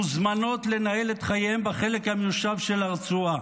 מוזמנות לנהל את חייהן בחלק המיושב של הרצועה,